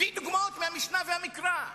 הביא דוגמות מהמשנה ומהמקרא.